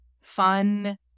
fun